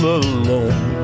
alone